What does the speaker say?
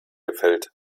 gefällt